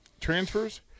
transfers